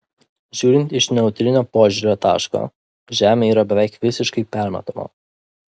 žiūrint iš neutrino požiūrio taško žemė yra beveik visiškai permatoma